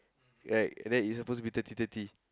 right right it was suppose to be thirty thirty